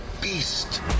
beast